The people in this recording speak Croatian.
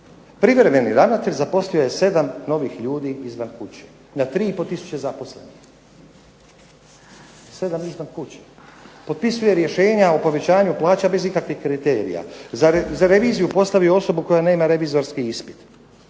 Privremeni ravnatelj zaposlio je sedam novih ljudi izvan kuće na 3500 zaposlenih. Sedam izvan kuće. Potpisuje rješenja o povećanju plaća bez ikakvih kriterija, za reviziju postavio osobu koja nema revizorski ispit.